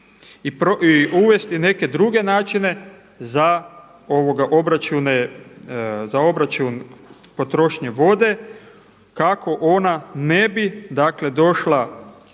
i uvesti neke druge načine za obračun potrošnje vode kako ona ne bi dakle